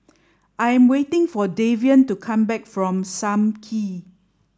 I am waiting for Davion to come back from Sam Kee